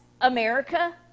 America